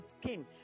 King